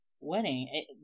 wedding